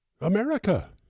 America